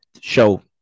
show